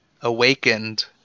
awakened